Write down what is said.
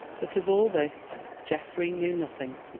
but of all this geoffrey knew nothing,